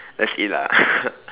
that's it lah